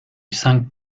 cinq